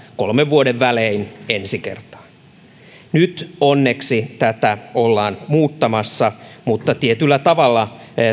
kolmen vuoden välein nyt onneksi tätä ollaan muuttamassa mutta tietyllä tavalla